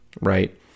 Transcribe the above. Right